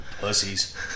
pussies